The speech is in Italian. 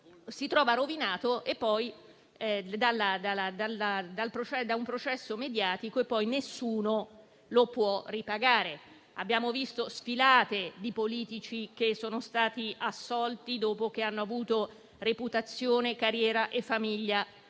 si trova rovinato da un processo mediatico e nessuno lo può ripagare. Abbiamo visto sfilate di politici che sono stati assolti dopo aver avuto reputazione, carriera e famiglia